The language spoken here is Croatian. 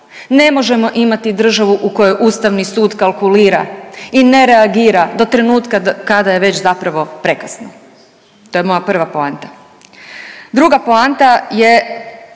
Ne možemo imati državu u kojoj ustavni sud kalkulira i ne reagira do trenutka kada je već zapravo prekasno, to je moja prva poanta. Druga poanta je